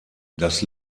das